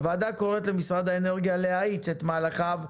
הוועדה קוראת למשרד האנרגיה להאיץ את מהלכיו,